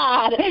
God